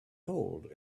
cold